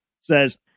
says